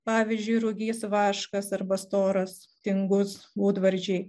pavyzdžiui rugys vaškas arba storas tingus būdvardžiai